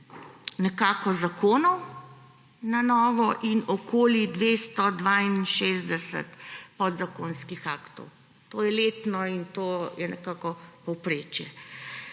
nekako zakonov na novo in okoli 262 podzakonskih aktov. To je letno in to je nekako povprečje.